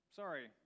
sorry